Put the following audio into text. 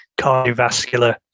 cardiovascular